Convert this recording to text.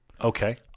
Okay